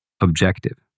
objective